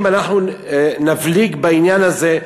אם אנחנו נבליג בעניין הזה,